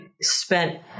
spent